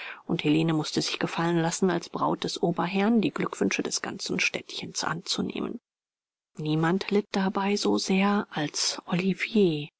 und helene mußte sich gefallen lassen als braut des oberherrn die glückwünsche des ganzen städtchens anzunehmen niemand litt dabei so sehr als olivier